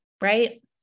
right